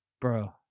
Bro